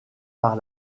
par